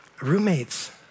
roommates